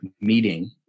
meeting